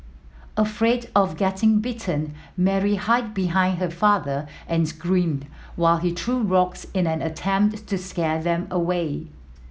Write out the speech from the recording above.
afraid of getting bitten Mary hide behind her father and screamed while he threw rocks in an attempt to scare them away